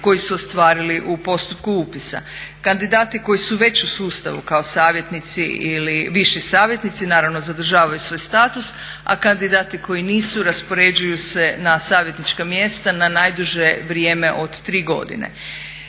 koje su ostvarili u postupku upisa. Kandidati koji su već u sustavu kao savjetnici ili viši savjetnici naravno zadržavaju svoj status, a kandidati koji nisu raspoređuju se na savjetnička mjesta na najduže vrijeme od 3 godine.